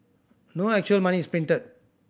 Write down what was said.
no actual money is printed